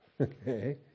Okay